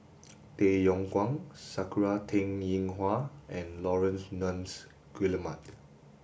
Tay Yong Kwang Sakura Teng Ying Hua and Laurence Nunns Guillemard